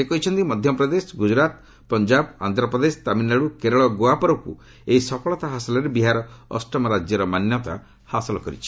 ସେ କହିଛନ୍ତି ମଧ୍ୟପ୍ରଦେଶ ଗୁଜରାତ୍ ପଞ୍ଜାବ ଆନ୍ଧ୍ରପ୍ରଦେଶ ତାମିଲ୍ନାଡ଼ୁ କେରଳ ଓ ଗୋଆ ପରକୁ ଏହି ସଫଳତା ହାସଲରେ ବିହାର ଅଷ୍ଟମ ରାଜ୍ୟର ମାନ୍ୟତା ହାସଲ କରିଛି